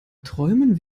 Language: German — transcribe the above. träumen